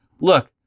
look